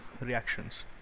reactions